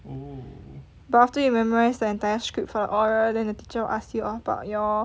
but after you memorise the entire script for the oral then the teacher will ask you about your